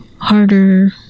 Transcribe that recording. harder